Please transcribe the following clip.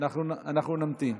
אנחנו נמתין.